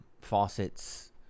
faucets